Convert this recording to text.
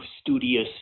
studious